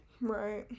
Right